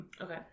Okay